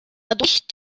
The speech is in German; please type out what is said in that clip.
dadurch